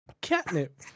Catnip